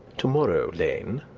to-morrow, lane,